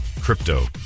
crypto